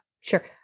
sure